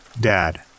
Dad